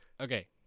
Okay